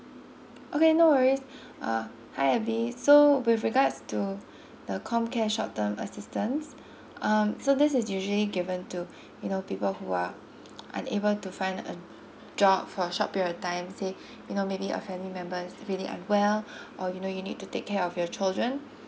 okay no worries uh hi abby so with regards to the comcare short term assistance um so this is usually given to you know people who are unable to find a job for short period of time say you know maybe a family members really unwell or you know you need to take care of your children